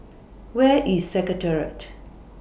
Where IS Secretariat